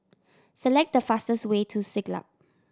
select the fastest way to Siglap